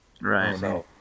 Right